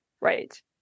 Right